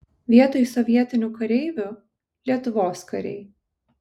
vietoj sovietinių kareivių lietuvos kariai